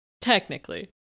Technically